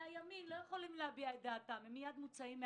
מהימין לא יכולים להביע דעתם מייד הם מוצאים מהכיתה.